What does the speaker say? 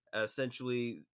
Essentially